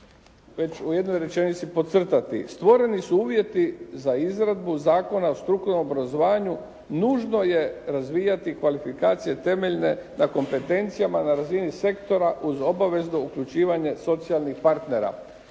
već u jednoj rečenici podcrtati. Stvoreni su uvjeti za izradbu Zakona o strukovnom obrazovanju nužno je razvijati kvalifikacije temeljne na kompetencijama na razini sektora uz obavezno uključivanje socijalnih partnera.